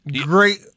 Great